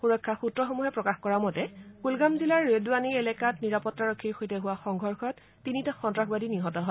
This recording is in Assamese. সুৰক্ষা সূত্ৰসমূহে প্ৰকাশ কৰা মতে কুলগাম জিলাৰ ৰেডৱানী এলেকাত নিৰাপত্তাৰক্ষীৰ সৈতে হোৱা সংঘৰ্ষত তিনিটা সন্ত্ৰাসবাদী নিহত হয়